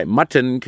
Mutton